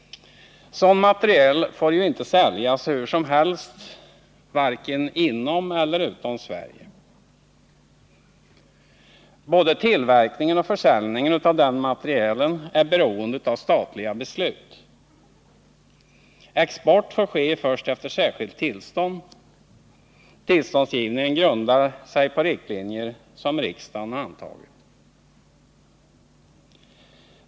Sådan materiel får ju inte säljas hur som helst vare sig inom eller utom Sverige. Både tillverkningen och försäljningen av denna materiel är beroende av statliga beslut. Export får ske först efter särskilt tillstånd. Tillståndsgivningen grundar sig på riktlinjer som riksdagen har antagit.